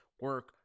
Work